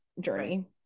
journey